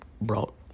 brought